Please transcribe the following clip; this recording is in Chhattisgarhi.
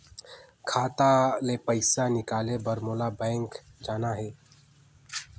खाता ले पइसा निकाले बर मोला बैंक जाना हे?